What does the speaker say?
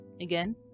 Again